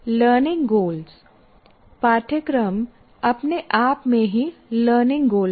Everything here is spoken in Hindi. लर्निंग गोल्ज पाठ्यक्रम अपने आप में ही लर्निंग गोल है